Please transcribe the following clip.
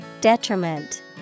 Detriment